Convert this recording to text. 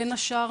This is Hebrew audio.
בין השאר,